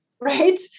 Right